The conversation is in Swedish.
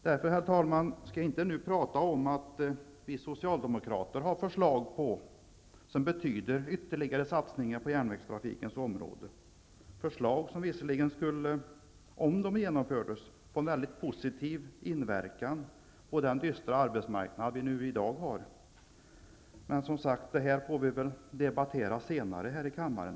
Jag skall därför inte nu tala om de socialdemokratiska förslag som betyder ytterligare satsningar på järnvägstrafikens område, förslag som om de genomfördes skulle få en mycket positiv inverkan på den dystra arbetsmarknad som vi i dag har. Dessa frågor får vi som sagt debattera senare här i kammaren.